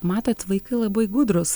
matot vaikai labai gudrūs